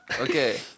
Okay